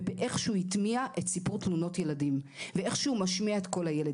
ובאיך שהוא הטמיע את סיפור תלונות ילדים ואיך שהוא משמיע את קול הילד.